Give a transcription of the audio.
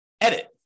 edit